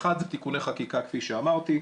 אחד זה תיקוני חקיקה כפי שאמרתי,